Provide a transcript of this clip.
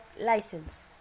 license